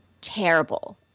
terrible